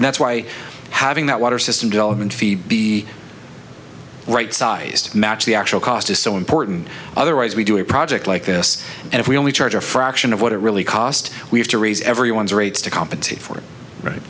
and that's why having that water system development fee be right sized match the actual cost is so important otherwise we do a project like this and if we only charge a fraction of what it really cost we have to raise everyone's rates to compensate for it right